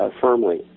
firmly